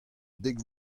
dek